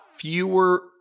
fewer